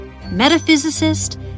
metaphysicist